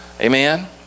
Amen